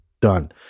done